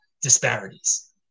disparities